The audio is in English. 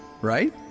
right